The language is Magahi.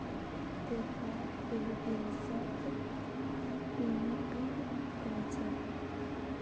पोहाक फ़िलीपीन्सत पिनीपिग कह छेक